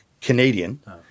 Canadian